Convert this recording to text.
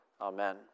Amen